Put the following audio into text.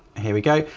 here we go.